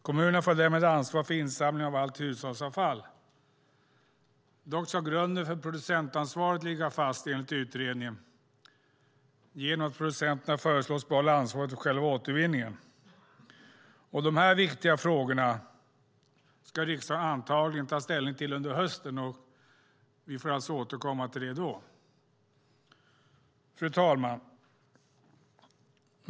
Kommunerna får därmed ansvar för insamlingen av allt hushållsavfall. Dock ska grunden för producentansvaret ligga fast enligt utredningen genom att producenterna föreslås behålla ansvaret för själva återvinningen. Dessa viktiga frågor ska riksdagen antagligen ta ställning till under hösten, och vi får återkomma till det då. Fru talman!